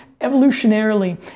evolutionarily